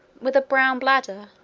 with a blown bladder,